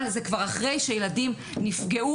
אבל זה כבר אחרי שילדים נפגעו.